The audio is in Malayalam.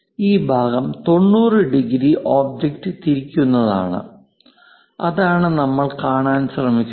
ഈ ഭാഗം 90 ഡിഗ്രി ഒബ്ജക്റ്റ് തിരിക്കുന്നതാണ് അതാണ് നമ്മൾ കാണാൻ ശ്രമിക്കുന്നത്